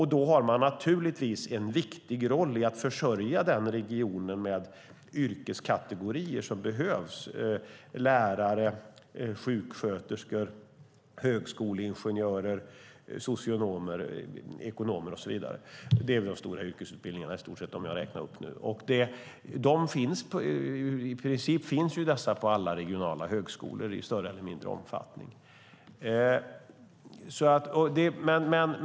Och då har de naturligtvis en viktig roll i att försörja den regionen med yrkeskategorier som behövs, till exempel lärare, sjuksköterskor, högskoleingenjörer, socionomer och ekonomer. Det är väl de stora yrkesutbildningarna som jag räknade upp nu. I princip finns dessa på alla regionala högskolor i större eller mindre omfattning.